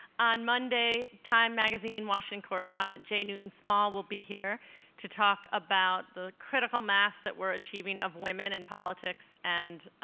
on monday, time magazine washington correspondent jay newton-small will be here to talk about the critical mass that we're achieving of women in politics and